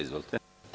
Izvolite.